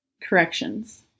Corrections